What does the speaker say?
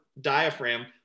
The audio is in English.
diaphragm